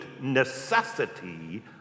necessity